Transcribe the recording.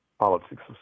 Politics